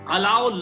Allow